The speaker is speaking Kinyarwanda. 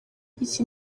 iki